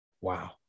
wow